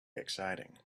exciting